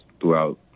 throughout